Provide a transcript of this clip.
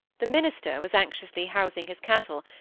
the minister was anxiously housing his cattle,